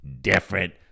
different